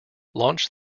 launch